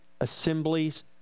assemblies